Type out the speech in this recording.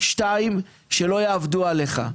שניים, שלא יעבדו עליך.